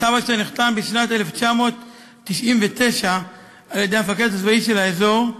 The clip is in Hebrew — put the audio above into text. צו אשר נחתם בשנת 1999 על-ידי המפקד הצבאי של האזור,